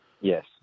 Yes